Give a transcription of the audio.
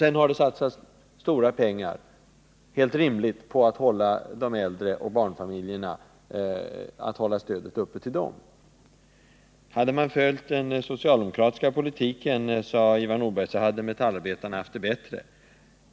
Sedan har det satsats stora pengar helt rimligt, på att hålla stödet till de äldre och barnfamiljerna uppe. Hade man följt den socialdemokratiska politiken, sade Ivar Nordberg, hade metallarbetarna haft det bättre.